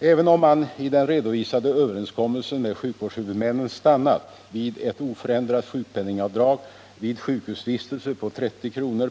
Även om man i den redovisade överenskommelsen med sjukvårdshuvudmännen stannat vid ett oförändrat sjukpenningavdrag vid sjukhusvistelse på 30 kr.